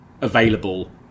available